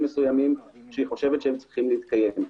מסוימים שהיא חושבת שצריכים להתקיים.